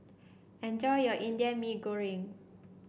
enjoy your Indian Mee Goreng